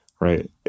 right